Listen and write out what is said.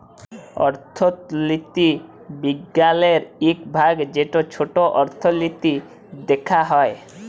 অথ্থলিতি বিজ্ঞালের ইক ভাগ যেট ছট অথ্থলিতি দ্যাখা হ্যয়